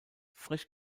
frisch